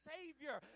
Savior